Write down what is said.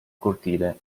cortile